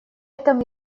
этом